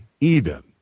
Eden